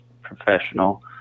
professional